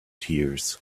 tears